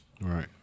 right